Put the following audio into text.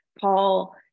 Paul